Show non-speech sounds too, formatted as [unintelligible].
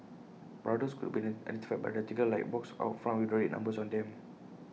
brothels could be [unintelligible] identified by A rectangular light box out front with red numbers on them